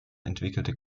entwickelte